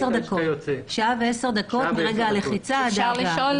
שעה ו-10 דקות מרגע הלחיצה עד ההגעה.